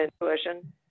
intuition